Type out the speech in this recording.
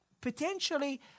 potentially